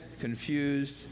confused